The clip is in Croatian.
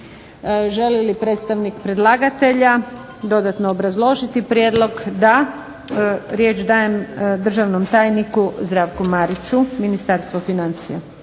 Želi li predstavnik predlagatelja dodatno obrazložiti prijedlog? Da. Riječ dajem državnom tajniku Zdravku Mariću Ministarstvo financija.